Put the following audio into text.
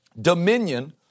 dominion